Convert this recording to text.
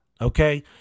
Okay